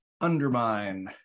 Undermine